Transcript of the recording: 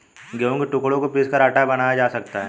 गेहूं के टुकड़ों को पीसकर आटा बनाया जा सकता है